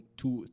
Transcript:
two